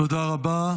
תודה רבה.